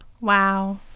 Wow